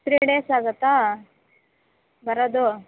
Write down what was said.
three days ಆಗುತ್ತಾ ಬರೋದು